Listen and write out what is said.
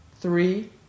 three